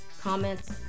comments